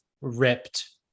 ripped